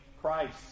Christ